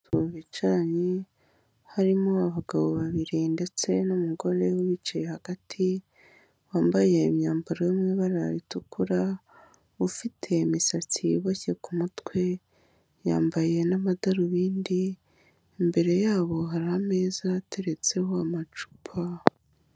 Abantu bicaranye harimo abagabo babiri ndetse n'umugore ubicaye hagati, wambaye imyambaro yo mu ibara ritukura, ufite imisatsi iboshye ku mutwe, yambaye n'amadarubindi, imbere yabo hari ameza ateretseho amacupa.